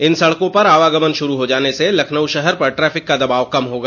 इन सड़कों पर आवागमन शुरू हो जाने से लखनऊ शहर पर ट्रैफिक का दबाव कम होगा